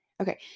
okay